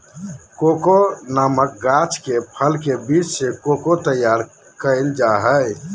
cocoa नामक गाछ के फल के बीज से कोको तैयार कइल जा हइ